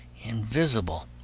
invisible